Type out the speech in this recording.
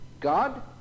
God